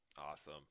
Awesome